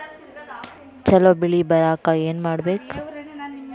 ಛಲೋ ಬೆಳಿ ಬರಾಕ ಏನ್ ಮಾಡ್ಬೇಕ್?